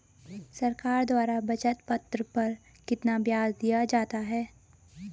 सरकार द्वारा बचत पत्र पर कितना ब्याज दिया जाता है?